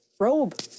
robe